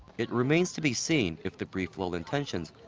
it remains to be seen. if the brief lull in tensions.